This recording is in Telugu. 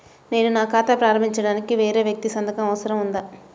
నేను ఖాతా ప్రారంభించటానికి వేరే వ్యక్తి సంతకం అవసరం ఉందా?